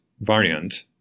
variant